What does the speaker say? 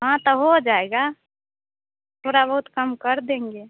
हाँ तो हो जाएगा थोड़ा बहुत कम कर देंगे